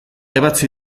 ebatzi